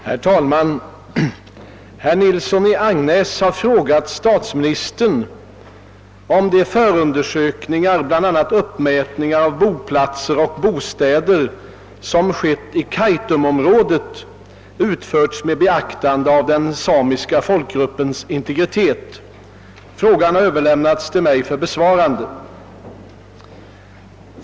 Herr talman! Herr Nilsson i Agnäs har frågat statsministern om de förundersökningar — bl.a. i uppmätningen av boplatser och bostäder — som skett i Kaitumområdet utförts med beaktande av den samiska folkgruppens integritet. Frågan har överlämnats till mig för besvarande.